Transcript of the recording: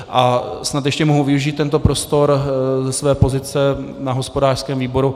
A snad ještě mohu využít tento prostor ze své pozice na hospodářském výboru.